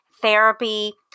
therapy